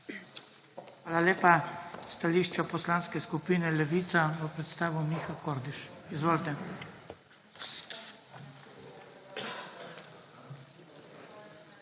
Hvala lepa. Stališče Poslanske skupine Levica bo predstavil Miha Kordiš. Izvolite.